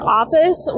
office